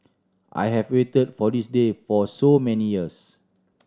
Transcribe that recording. I have waited for this day for so many years